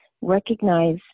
Recognize